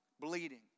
Bleeding